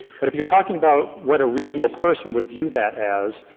but if you are talking about what a reasonable person would view that as,